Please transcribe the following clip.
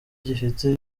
igifite